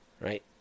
Right